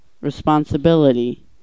responsibility